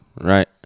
right